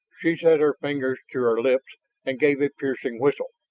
she set her fingers to her lips and gave a piercing whistle.